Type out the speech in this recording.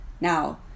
Now